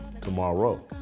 tomorrow